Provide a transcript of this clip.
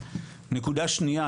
נקודה שניה,